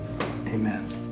amen